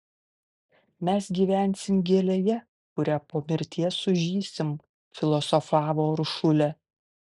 mes gyvensim gėlėje kuria po mirties sužysim filosofavo uršulė